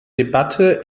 debatte